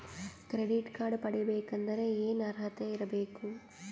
Credit card ಪಡಿಬೇಕಂದರ ಏನ ಅರ್ಹತಿ ಇರಬೇಕು?